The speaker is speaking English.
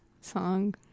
song